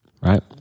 Right